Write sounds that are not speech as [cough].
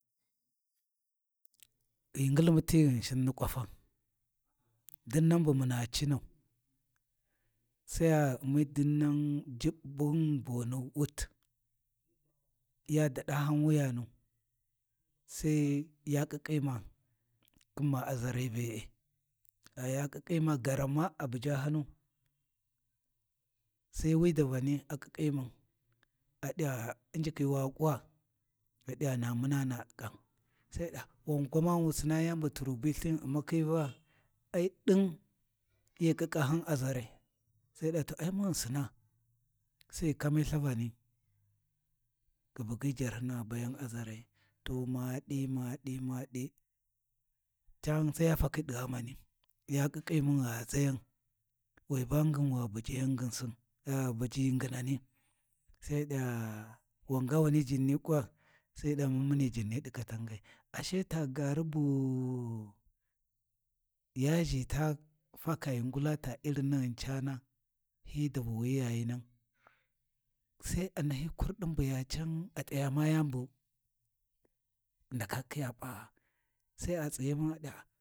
Ghi ngilmuti Ghinshin nu kwafa, dinnan bu muna cinau, Sai gha ghu umi dinnan Juɓɓun boni wit ya daɗo han wuyanu Sai ya ƙiƙƙima, khin ma Aʒare be’e gha ya ƙiƙƙima garan ma a buja hanu Sai wi davani a ƙiƙƙi mun, a ɗi va Unjikhi wa ƙuwa? Ghi ɗi na munani kam, Sai ghi di [hesitation] wan gwamani wu sina yan tiru hi bilthin ghi U’makhi Vuwa? Ai ɗin ai mun ghi sinaa, Sai ghi cami lthavani ghi bughy jarhina ghi bayan Aʒare to maɗi, maɗi, aɗi, can ai ya fakhi di ghamani, ya ƙiƙƙi, mu gha ghu ʒayan wai ba nginwi ghi buja ya nginsin, gha ghu buji nginaniSai [hesitation] muni Jin ni ɗi kakangai ashe ta gari bu [hesitation] canna, ya ʒhi ta faka ta ngula Irin naghun ta caana hi davu wi yayi nan, sai a nahi kurɗi bu ya can, a t’aya ma yani bu ghi ndaka khiya p’aa Sai a tsighi mu a ɗi. [hesitation]